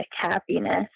happiness